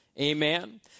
amen